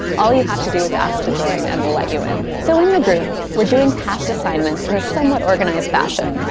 all you have to do is ask to join and we'll let you in. so in the group we're doing past assignments in a somewhat organized fashion.